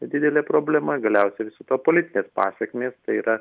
didelė problema galiausiai viso to politiinės pasekmės tai yra